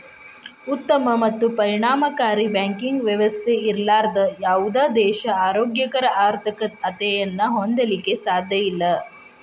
ಉತ್ತಮ ಮತ್ತು ಪರಿಣಾಮಕಾರಿ ಬ್ಯಾಂಕಿಂಗ್ ವ್ಯವಸ್ಥೆ ಇರ್ಲಾರ್ದ ಯಾವುದ ದೇಶಾ ಆರೋಗ್ಯಕರ ಆರ್ಥಿಕತೆಯನ್ನ ಹೊಂದಲಿಕ್ಕೆ ಸಾಧ್ಯಇಲ್ಲಾ